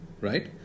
right